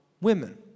women